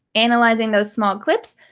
analyzing those small clips,